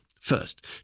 First